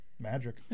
magic